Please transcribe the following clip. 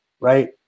right